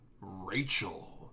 Rachel